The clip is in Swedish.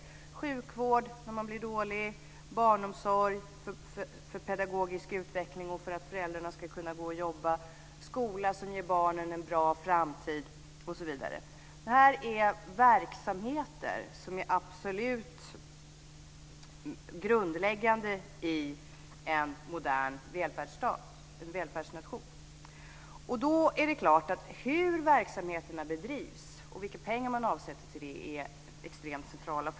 Det gäller sjukvård när man blir dålig, barnomsorg för pedagogisk utveckling och för att föräldrarna ska kunna gå och jobba, skola som ger barnen en bra framtid osv. Detta är verksamheter som är absolut grundläggande i en modern välfärdsnation. Därför är frågeställningarna om hur verksamheterna bedrivs och hur mycket pengar man avsätter till dem förstås extremt centrala.